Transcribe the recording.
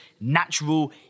natural